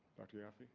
dr yaffe?